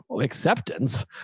acceptance